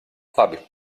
labi